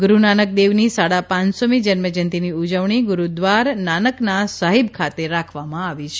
ગુરૂ નાનક દેવની સાડા પાયસોમી જન્મજયંતિની ઉજવણી ગુરૂદ્વારા નાનકના સાહીબ ખાતે રાખવામાં આવી છે